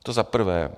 To za prvé.